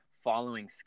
following